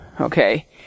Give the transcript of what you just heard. Okay